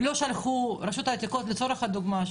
לצורך הדוגמה,